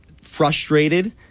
frustrated